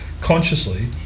consciously